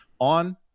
on